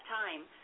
time